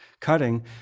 cutting